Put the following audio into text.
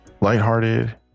lighthearted